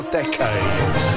decades